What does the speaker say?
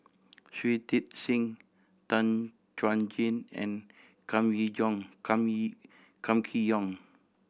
Shui Tit Sing Tan Chuan Jin and Kam Kam Kee Yong